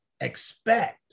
expect